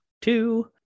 Two